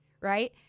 right